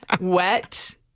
wet